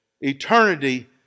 Eternity